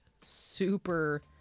super